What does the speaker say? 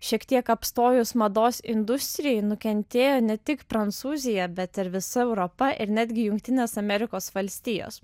šiek tiek apstojus mados industrijai nukentėjo ne tik prancūzija bet ir visa europa ir netgi jungtinės amerikos valstijos